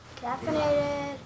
Caffeinated